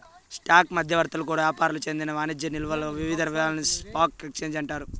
stock మధ్యవర్తులకు యాపారులకు చెందిన వాణిజ్య నిల్వలు వివిధ సేవలను స్పాక్ ఎక్సేంజికి అందిస్తాయి